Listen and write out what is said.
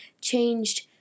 changed